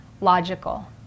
logical